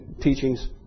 teachings